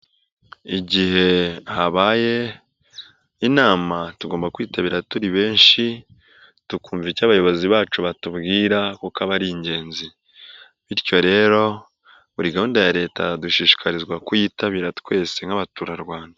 Igihe habaye inama tugomba kwitabira turi benshi tukumva icyo abayobozi bacu batubwira kuko aba ari ingenzi, bityo rero buri gahunda ya Leta dushishikarizwa kuyitabira twese nk'abaturarwanda.